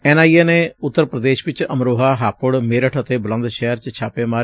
N I A ਨੇ ਉੱਤਰ ਪੁਦੇਸ਼ ਚ ਅਮਰੋਹਾ ਹਾਪੁੜ ਮੇਰਠ ਅਤੇ ਬੁਲੰਦ ਸ਼ਹਿਰ ਚ ਛਾਪੇ ਮਾਰੇ